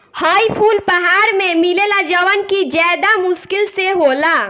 हई फूल पहाड़ में मिलेला जवन कि ज्यदा मुश्किल से होला